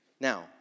Now